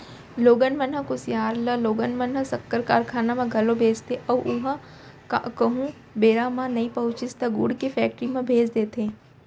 लोगन मन ह कुसियार ल लोगन मन ह सक्कर कारखाना म घलौ भेजथे अउ उहॉं कहूँ बेरा म नइ पहुँचिस त गुड़ के फेक्टरी म भेज देथे